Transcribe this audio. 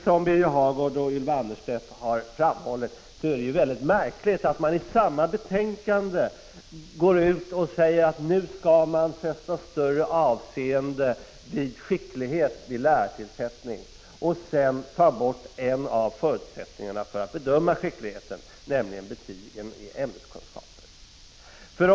Som Birger Hagård och Ylva Annerstedt har framhållit är det märkligt att man i samma betänkande säger att nu skall vi fästa större avseende vid skicklighet vid lärartillsättning och sedan tar bort en av förutsättningarna för att kunna bedöma skickligheten, nämligen betygen i ämneskunskaper.